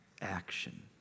action